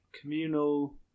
Communal